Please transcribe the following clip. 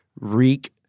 reek